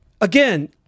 again